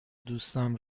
دوستم